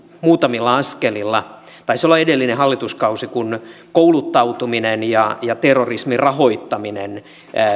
muutamilla askelilla taisi olla edellinen hallituskausi kun kouluttautuminen ja ja terrorismin rahoittaminen